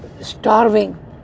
starving